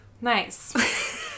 Nice